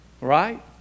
Right